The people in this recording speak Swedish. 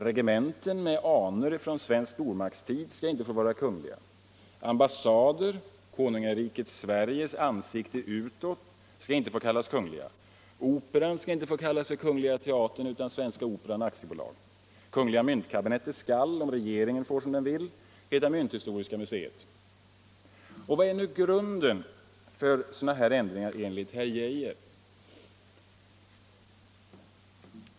Regementen med anor från svensk stor maktstid skall inte få vara ”kungliga”. Ambassader — konungariket Sve — Om åtgärder för att riges ansikte utåt — skall inte kallas ”kungliga”. Operan skall inte få — avskaffa påminnelheta Kungl. Teatern utan Svenska Operan AB. Kungl. Myntkabinettet — ser om att Sverige skall, om regeringen får som den vill, heta Mynthistoriska Museet. är en monarki Vad är nu grunden för sådana här ändringar enligt herr Geijer?